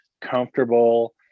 comfortable